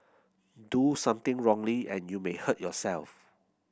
do something wrongly and you may hurt yourself